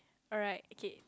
alright okay